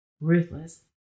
ruthless